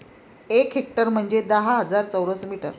एक हेक्टर म्हंजे दहा हजार चौरस मीटर